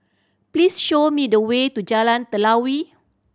please show me the way to Jalan Telawi